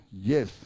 yes